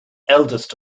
eldest